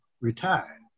retire